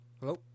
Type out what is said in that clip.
Hello